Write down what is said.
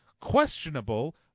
questionable